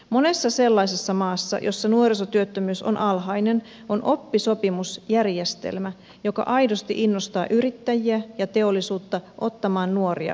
monessa sellaisessa maassa jossa nuorisotyöttömyys on alhainen on oppisopimusjärjestelmä joka aidosti innostaa yrittäjiä ja teollisuutta ottamaan nuoria oppisopimuskoulutettavia